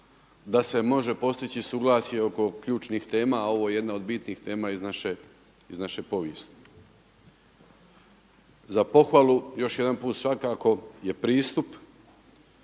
da se može postići suglasje oko ključnih tema, a ovo je jedna od bitnih tema iz naše povijesti. Za pohvalu još jedan put svakako je pristup